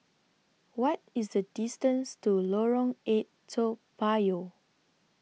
What IS The distance to Lorong eight Toa Payoh